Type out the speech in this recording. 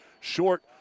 short